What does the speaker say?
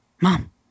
mom